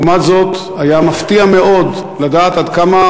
ולעומת זאת היה מפתיע מאוד לדעת עד כמה